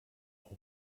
auch